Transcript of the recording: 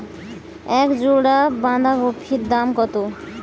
এক জোড়া বাঁধাকপির দাম কত?